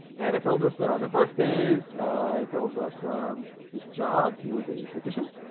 and it tells us their birthdays it tells us his job he was a physician